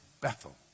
Bethel